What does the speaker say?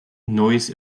neues